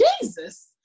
jesus